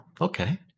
okay